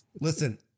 listen